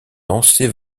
lancer